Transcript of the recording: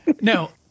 no